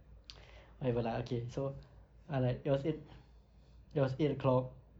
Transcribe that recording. whatever lah okay so err like I said it was eight o'clock